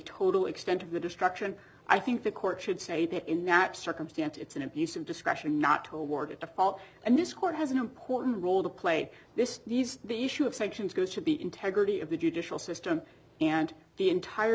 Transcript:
total extent of the destruction i think the court should say that in that circumstance it's an abuse of discretion not toward a default and this court has an important role to play this these the issue of sanctions goes to be integrity of the judicial system and the entire